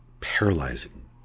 paralyzing